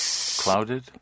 clouded